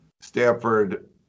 Stanford